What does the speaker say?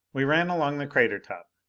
we ran along the crater top.